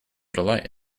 delight